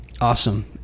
Awesome